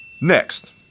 Next